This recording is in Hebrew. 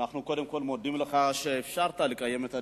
אנחנו קודם כול מודים לך על שאפשרת לקיים את הדיון.